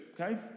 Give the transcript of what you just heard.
okay